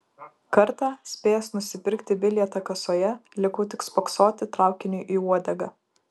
kartą spėjęs nusipirkti bilietą kasoje likau tik spoksoti traukiniui į uodegą